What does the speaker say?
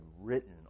written